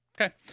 Okay